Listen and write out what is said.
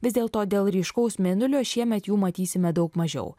vis dėlto dėl ryškaus mėnulio šiemet jų matysime daug mažiau